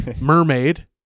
Mermaid